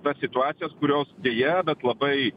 tas situacijas kurios deja bet labai